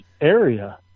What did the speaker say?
area